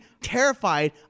terrified